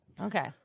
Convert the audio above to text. Okay